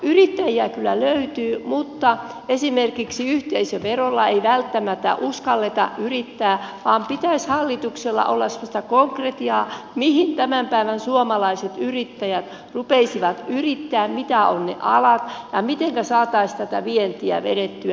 yrittäjiä kyllä löytyy mutta esimerkiksi yhteisöverolla ei välttämättä uskalleta yrittää vaan pitäisi hallituksella olla semmoista konkretiaa mihin tämän päivän suomalaiset yrittäjät rupeaisivat yrittämään mitä ovat ne alat ja mitenkä saataisiin tätä vientiä vedettyä